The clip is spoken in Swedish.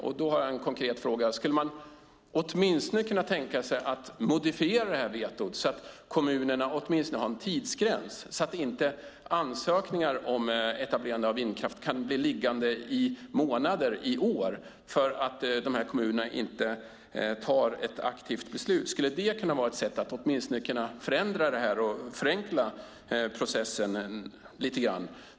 Jag har en konkret fråga: Skulle man kunna tänka sig att modifiera det kommunala vetot, så att kommunerna åtminstone har en tidsgräns, så att inte ansökningarna om etablering av vindkraft kan bli liggande i månader och år eftersom kommunerna inte tar ett aktivt beslut? Skulle det kunna vara ett sätt att åtminstone förändra och förenkla processen lite grann?